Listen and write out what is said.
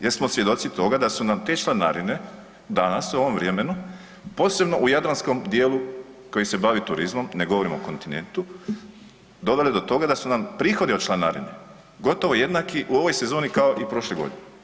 Jer smo svjedoci toga da su nam te članarine danas u ovom vremenu, posebno u jadranskom dijelu koji se bavi turizmom, ne govorimo o kontinentu, doveli do toga da su nam prihodi od članarine gotovo jednaki u ovoj sezoni kao i prošle godine.